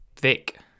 Vic